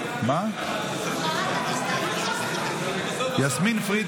מה זה, אתה סתם קורא לעצמך, או שאתה, מה?